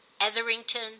Etherington